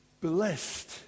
Blessed